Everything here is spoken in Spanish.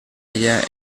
ella